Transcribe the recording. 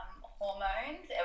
hormones